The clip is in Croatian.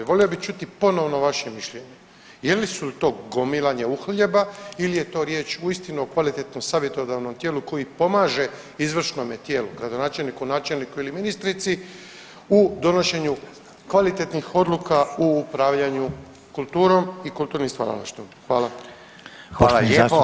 Volio bi čuti ponovno vaše mišljenje, je li su to gomilanje uhljeba ili je to riječ uistinu o kvalitetnom savjetodavnom tijelu koje pomaže izvršnome tijelu gradonačelniku, načelniku ili ministrici u donošenju kvalitetnih odluka u upravljanju kulturom i kulturnim stvaralaštvom.